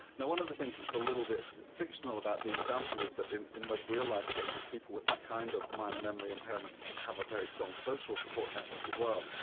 now, one of the things that's a little bit fictional about the example is that in in most real-life cases people with that kind of minor memory impairment have a very strong social support network as well,